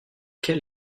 quelle